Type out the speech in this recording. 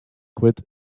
quit